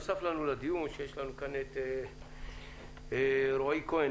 נוסף לנו לדיון ויש לנו כאן את רועי כהן,